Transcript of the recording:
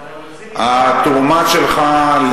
התרומה שלך,